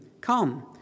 Come